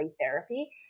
therapy